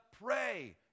pray